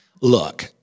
look